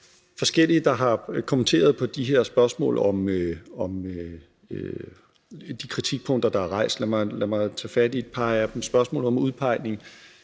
forskellige, der har kommenteret på de her spørgsmål om de kritikpunkter, der er rejst. Lad mig tage fat i et par af dem. Spørgsmålet om udpegning